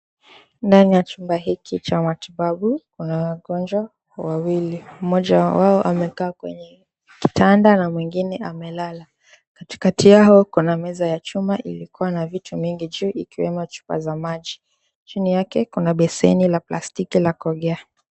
Ndani ya chumba hiki cha matibabu kuna wagonjwa wawili. Mmoja wao amekaa kwenye kitanda na mwingine amelala. Katikati yao kuna meza ya chuma ilikuwa na vitu mingi juu ikiwemo chupa za maji. Chini yake kuna beseni la plastiki la kuogea.